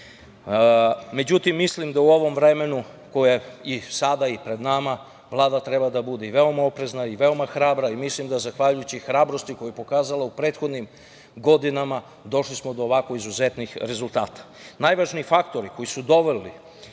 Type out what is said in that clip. njih.Međutim, mislim da u ovom vremenu i sada i pred nama Vlada treba da bude i veoma oprezna, veoma hrabra i mislim da zahvaljujući hrabrosti koju pokazala u prethodnim godinama došli smo do ovakvo izuzetnih rezultata. Najvažniji faktori koji su doveli